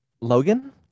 Logan